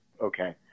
Okay